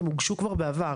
הן הוגשו כבר בעבר.